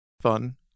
fun